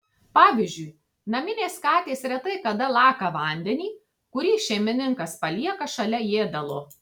pavyzdžiui naminės katės retai kada laka vandenį kurį šeimininkas palieka šalia ėdalo